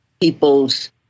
people's